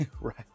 Right